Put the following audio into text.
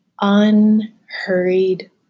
unhurried